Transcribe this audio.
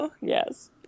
yes